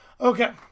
Okay